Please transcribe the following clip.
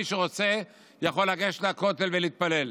מי שרוצה יכול לגשת לכותל ולהתפלל.